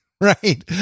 Right